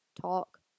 talk